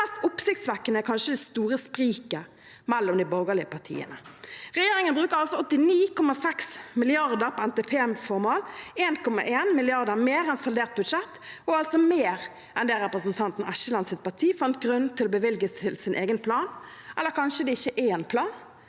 Det mest oppsiktsvekkende er kanskje det store spriket mellom de borgerlige partiene. Regjeringen bruker altså 89,6 mrd. kr på NTP-formål, 1,1 mrd. kr mer enn i saldert budsjett, og altså mer enn det representanten Eskelands parti fant grunn til å bevilge til sin egen plan – eller kanskje det ikke er en plan,